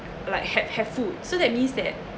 like have have food so that means that